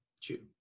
Chew